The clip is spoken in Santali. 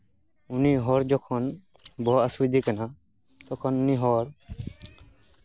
ᱩᱱᱤ ᱦᱚᱲ ᱡᱚᱠᱷᱚᱱ ᱵᱚᱦᱚᱜ ᱦᱟᱥᱩᱭᱮᱫᱮ ᱠᱟᱱᱟ ᱛᱚᱠᱷᱚᱱ ᱩᱱᱤ ᱦᱚᱲ